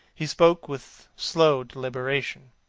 he spoke with slow deliberation.